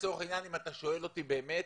אם אתה שואל אותי באמת,